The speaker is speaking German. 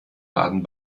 baden